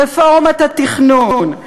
רפורמת התכנון,